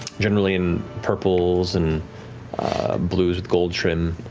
generally in purples and blues with gold trim.